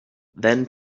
then